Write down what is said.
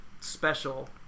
special